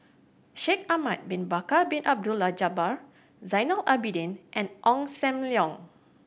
Shaikh Ahmad Bin Bakar Bin Abdullah Jabbar Zainal Abidin and Ong Sam Leong